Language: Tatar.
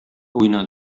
уйна